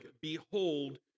behold